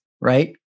right